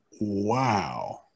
Wow